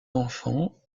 enfants